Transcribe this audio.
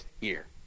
year